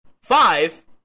Five